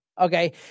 Okay